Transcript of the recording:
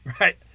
right